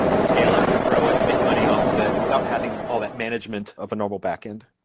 scale it, grow it, make money off of it without having all that management of a normal backend